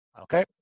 Okay